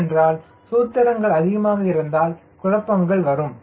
ஏனென்றால் சூத்திரங்கள் அதிகமாக இருந்தால் குழப்பம் வரும்